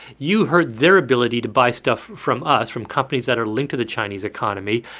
you hurt their ability to buy stuff from us, from companies that are linked to the chinese economy,